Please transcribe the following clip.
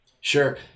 Sure